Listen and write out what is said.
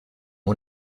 con